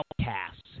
outcasts